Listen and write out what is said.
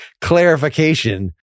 clarification